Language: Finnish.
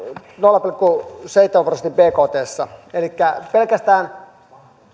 nolla pilkku seitsemän prosenttia bktsta elikkä pelkästään